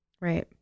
right